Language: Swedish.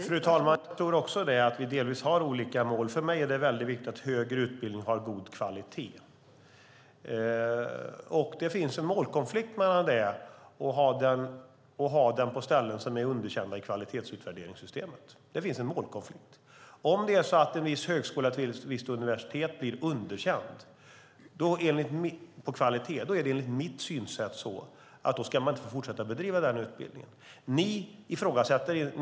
Fru talman! Jag tror också att vi delvis har olika mål. För mig är det väldigt viktigt att högre utbildning har god kvalitet. Det finns en målkonflikt mellan detta och att ha den på ställen som har blivit underkända i kvalitetsutvärderingssystemet. Om ett visst lärosäte blir underkänt när det gäller kvalitet är det enligt mitt synsätt så att man där inte ska få fortsätta bedriva den utbildning det gäller.